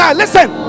listen